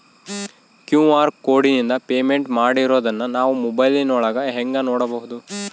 QR ಕೋಡಿಂದ payment ಮಾಡಿರೋದನ್ನ ನಾವು ಮೊಬೈಲಿನೊಳಗ ಹೆಂಗ ನೋಡಬಹುದು?